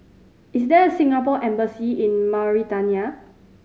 is there Singapore Embassy in Mauritania